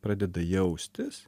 pradeda jaustis